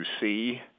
see